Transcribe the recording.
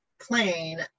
plane